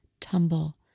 tumble